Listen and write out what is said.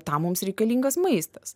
tam mums reikalingas maistas